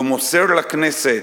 והוא מוסר לכנסת: